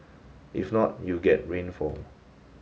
if not you get rainfall